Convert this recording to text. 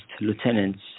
lieutenants